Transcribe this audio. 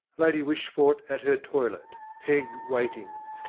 lady wishfort at her toilet, peg waiting.